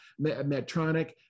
Medtronic